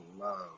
love